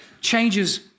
changes